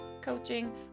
coaching